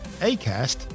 Acast